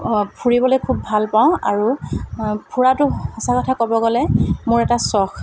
ফুৰিবলৈ খুব ভাল পাওঁ আৰু ফুৰাটো সঁচা কথা ক'ব গ'লে মোৰ এটা চখ